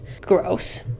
Gross